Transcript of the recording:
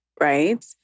right